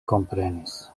komprenis